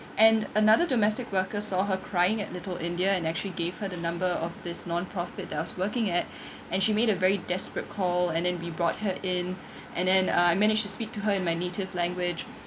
and another domestic worker saw her crying at little india and actually gave her the number of this non profit that I was working at and she made a very desperate call and then we brought her in and then uh I managed to speak to her in my native language